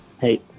Hey